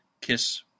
Kiss